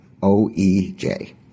OEJ